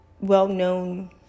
well-known